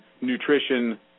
nutrition